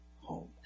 home